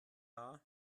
war